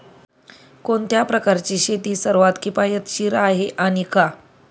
कोणत्या प्रकारची शेती सर्वात किफायतशीर आहे आणि का?